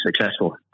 successful